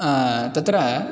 तत्र